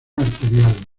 arterial